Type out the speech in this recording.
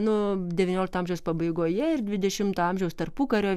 nu devyniolikto amžiaus pabaigoje ir dvidešimto amžiaus tarpukario